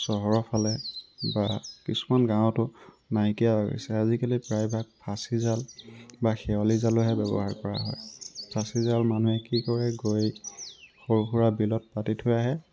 চহৰৰ ফালে বা কিছুমান গাঁৱতো নাইকিয়া হৈ গৈছে আজিকালি প্ৰায়ভাগ ফাঁচী জাল বা শেৱালী জালৰহে ব্যৱহাৰ কৰা হয় ফাঁচী জাল মানুহে কি কৰে গৈ সৰু সুৰা বিলত পাতি থৈ আহে